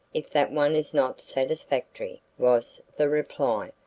if that one is not satisfactory, was the reply.